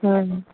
હમ્મ